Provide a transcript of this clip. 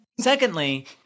Secondly